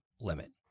limit